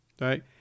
Right